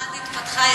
ערד התפתחה יפה מאוד.